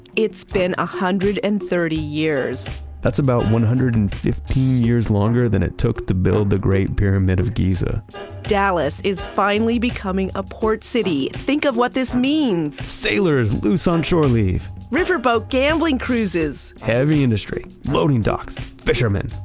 it's been one ah hundred and thirty years that's about one hundred and fifteen years longer than it took to build the great pyramid of giza dallas is finally becoming a port city. think of what this means! sailors, loose on shore leave riverboat gambling cruises heavy industry, loading docks, fishermen,